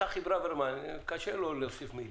לצחי ברוורמן קשה להוסיף מילים,